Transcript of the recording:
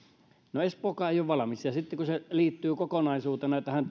no espookaan ei ole valmis ja sitten kun se liittyy kokonaisuutena tähän